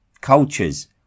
Cultures